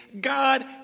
God